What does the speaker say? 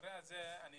במקרה הזה אני